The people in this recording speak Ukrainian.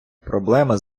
проблема